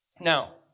Now